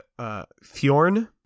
Fjorn